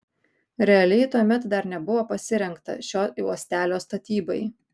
realiai tuomet dar nebuvo pasirengta šio uostelio statybai